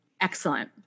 Excellent